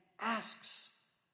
asks